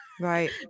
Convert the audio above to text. Right